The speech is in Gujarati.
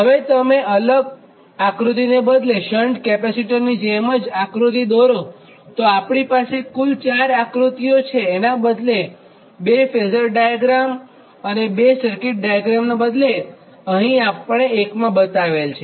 હવે જો તમે અલગ આકૃતિને બદલે શન્ટ કેપેસિટરની જેમ આકૃતિ દોરો તો આપણી પાસે 4 આકૃતિઓનાં એટલે કે બે ફેઝર ડાયાગ્રામ અને બે સર્કિટ ડાયાગ્રામનાં બદલે અહીં આપણે એકમાં બતાવેલ છે